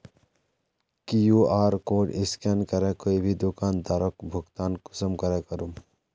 QR code scan करे कोई भी दुकानदारोक भुगतान कुंसम करे करूम?